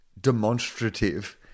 demonstrative